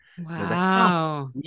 Wow